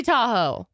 Tahoe